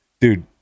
dude